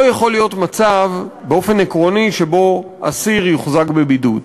יכול להיות מצב באופן עקרוני שבו אסיר יוחזק בבידוד.